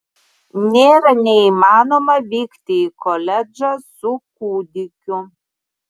nėra neįmanoma vykti į koledžą su kūdikiu